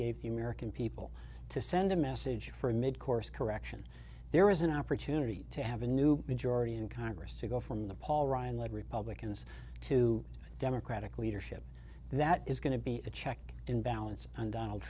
gave the american people to send a message for a mid course correction there is an opportunity to have a new majority in congress to go from the paul ryan led republicans to democratic leadership that is going to be a check and balance and donald